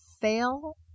fail